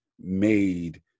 made